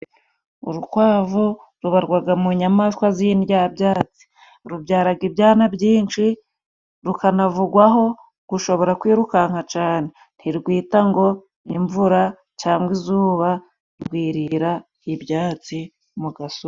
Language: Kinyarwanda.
Urukwavu rubarwaga mu nyamaswa z'indyabyats, rubyaraga ibyana byinshi ,rukanavugwaho gushobora kwirukanka cane, ntirwita ngo imvura cangwa izuba rwirira ibyatsi mu gasozi.